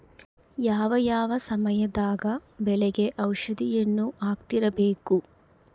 ಯಾವ ಯಾವ ಸಮಯದಾಗ ಬೆಳೆಗೆ ಔಷಧಿಯನ್ನು ಹಾಕ್ತಿರಬೇಕು?